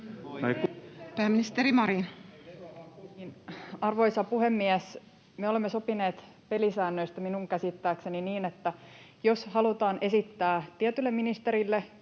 Content: Arvoisa puhemies! Me olemme sopineet pelisäännöistä minun käsittääkseni niin, että jos halutaan esittää tietylle ministerille